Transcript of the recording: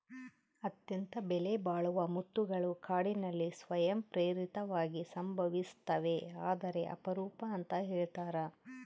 ಅತ್ಯಂತ ಬೆಲೆಬಾಳುವ ಮುತ್ತುಗಳು ಕಾಡಿನಲ್ಲಿ ಸ್ವಯಂ ಪ್ರೇರಿತವಾಗಿ ಸಂಭವಿಸ್ತವೆ ಆದರೆ ಅಪರೂಪ ಅಂತ ಹೇಳ್ತರ